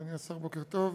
אדוני השר, בוקר טוב.